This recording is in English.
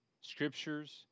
scriptures